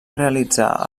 realitzar